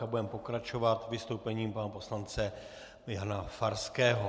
A budeme pokračovat vystoupením pana poslance Jana Farského.